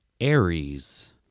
Aries